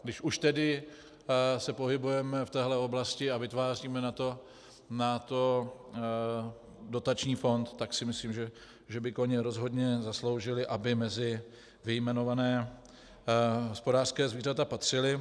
Když už tedy se pohybujeme v téhle oblasti a vytváříme na to dotační fond, tak si myslím, že by koně rozhodně zasloužili, aby mezi vyjmenovaná hospodářská zvířata patřili.